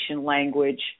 language